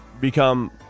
become